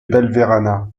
belverana